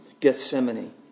Gethsemane